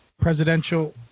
presidential